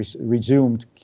resumed